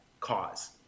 cause